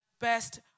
best